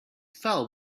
fell